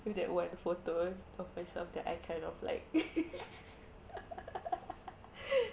with that one photo of myself which I kind of like